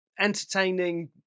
entertaining